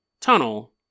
tunnel